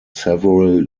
several